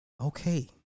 Okay